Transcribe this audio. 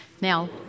Now